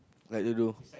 I don't know